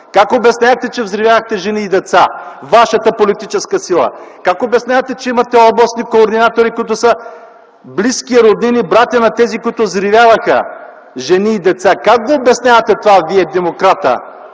Как обяснявахте, че взривявахте жени и деца, вашата политическа сила? Как обяснявате, че имате областни координатори, които са близки роднини и братя на тези, които взривяваха жени и деца? Как го обяснявате това Вие, демократа